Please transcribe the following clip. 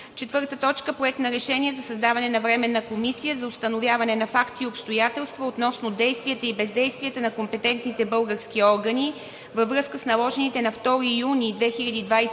събрание. 4. Проект на решение за създаване на Временна комисия за установяване на факти и обстоятелства относно действията и бездействията на компетентните български органи във връзка с наложените на 2 юни 2021